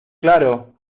claro